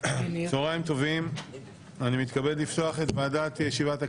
אני מתכבד לפתוח את הדיון.